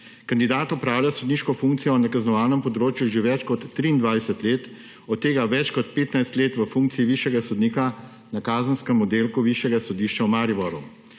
Kandidat opravlja sodniško funkcijo na kaznovalnem področju že več kot 23 let, od tega več kot 15 let v funkciji višjega sodnika na Kazenskem oddelku Višjega sodišča v Mariboru.